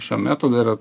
šio metodo yra